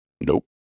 Nope